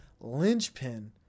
linchpin